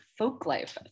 Folklife